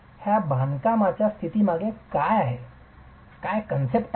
या बांधकामाच्या स्थिरतेमागे कोणती कथा आहे